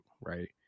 right